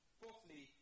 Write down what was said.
fourthly